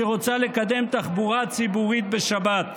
שרוצה לקדם תחבורה ציבורית בשבת?